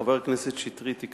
חבר הכנסת שטרית, תביא